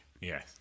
Yes